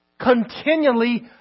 Continually